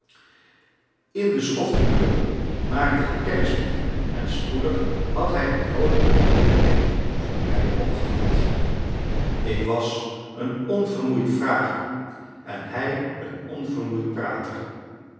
in de schofturen maakte ik kennis met hem en spoedig had hij een groote genegenheid voor mij opgevat ik was een onvermoeid vrager en hij een onvermoeid prater